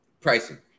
pricing